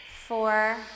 four